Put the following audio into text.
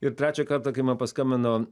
ir trečią kartą kai man paskambino